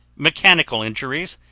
mechanical injuries,